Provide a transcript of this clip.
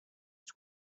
its